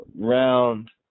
round